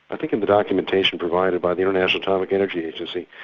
i think in the documentation provided by the international atomic energy agency,